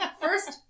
first